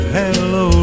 hello